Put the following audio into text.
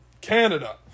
Canada